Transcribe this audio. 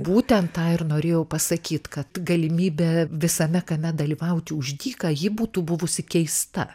būtent tą ir norėjau pasakyt kad galimybė visame kame dalyvauti už dyką ji būtų buvusi keista